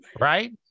right